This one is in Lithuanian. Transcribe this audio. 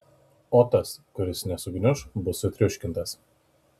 o tas kuris nesugniuš bus sutriuškintas